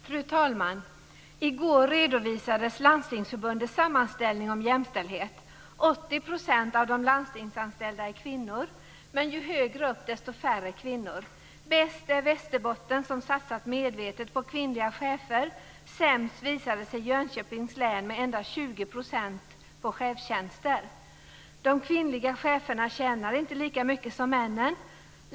Fru talman! I går redovisades Landstingsförbundets sammanställning om jämställdhet. 80 % av de landstingsanställda är kvinnor. Men ju högre upp man går, desto färre kvinnor är det. Bäst är Västerbotten, som satsat medvetet på kvinnliga chefer. Sämst visade sig Jönköpings län vara med endast 20 % på chefstjänster. De kvinnliga cheferna tjänar inte lika mycket som männen.